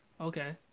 Okay